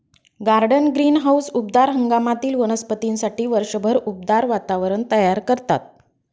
garden greenhouse उबदार हंगामातील वनस्पतींसाठी वर्षभर उबदार वातावरण तयार करतात